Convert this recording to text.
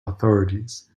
authorities